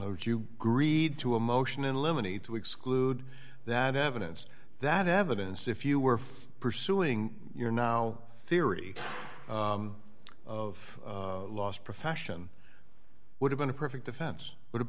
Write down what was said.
mode you agreed to a motion in limine to exclude that evidence that evidence if you were pursuing your now theory of last profession would have been a perfect defense would have